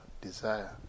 desire